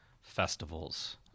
festivals